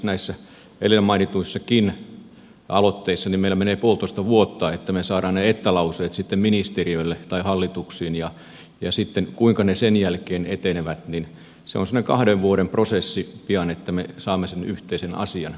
meillä esimerkiksi näissä edellä mainituissakin aloitteissa menee puolitoista vuotta että me saamme ne että lauseet sitten ministeriöille tai hallituksiin ja sitten se kuinka ne sen jälkeen etenevät on pian semmoinen kahden vuoden prosessi että me saamme sen yhteisen asian eteenpäin